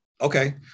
Okay